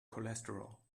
cholesterol